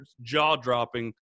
jaw-dropping